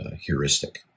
heuristic